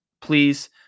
Please